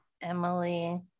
emily